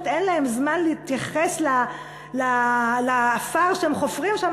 אין להם זמן להתייחס לעפר שהם חופרים שם,